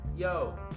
Yo